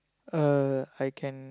uh I can